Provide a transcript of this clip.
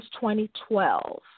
2012